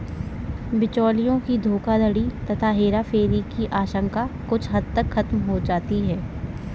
बिचौलियों की धोखाधड़ी तथा हेराफेरी की आशंका कुछ हद तक खत्म हो जाती है